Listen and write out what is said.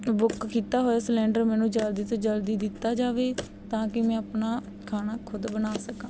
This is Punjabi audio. ਬੁੱਕ ਕੀਤਾ ਹੋਇਆ ਸਿਲੰਡਰ ਮੈਨੂੰ ਜਲਦੀ ਤੋਂ ਜਲਦੀ ਦਿੱਤਾ ਜਾਵੇ ਤਾਂ ਕਿ ਮੈਂ ਆਪਣਾ ਖਾਣਾ ਖੁਦ ਬਣਾ ਸਕਾਂ